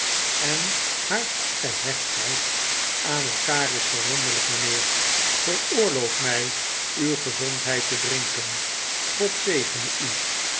eh haar gehechtheid aan elkaar is verwonderlijk mijnheer veroorloof mij uw gezondheid te drinken god zegene u